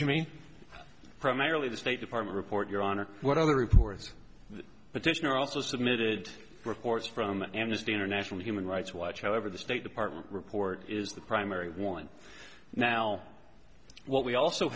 to me primarily the state department report your honor whatever reports petitioner also submitted reports from amnesty international human rights watch however the state department report is the primary one now what we also